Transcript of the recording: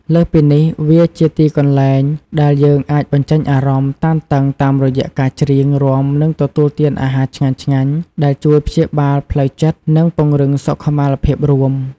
លើសពីនេះ វាជាទីកន្លែងដែលយើងអាចបញ្ចេញអារម្មណ៍តានតឹងតាមរយៈការច្រៀង រាំ និងទទួលទានអាហារឆ្ងាញ់ៗ ដែលជួយព្យាបាលផ្លូវចិត្ត និងពង្រឹងសុខុមាលភាពរួម។